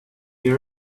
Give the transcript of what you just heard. you